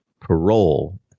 parole